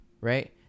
right